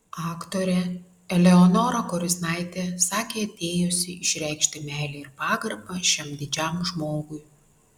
aktorė eleonora koriznaitė sakė atėjusi išreikšti meilę ir pagarbą šiam didžiam žmogui